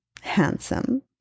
handsome